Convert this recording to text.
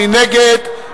מי נגד?